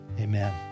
Amen